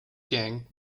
gang